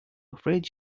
afraid